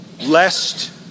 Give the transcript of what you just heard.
lest